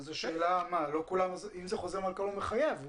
אם זה חוזר מנכ"ל, הוא מחייב.